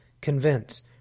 convince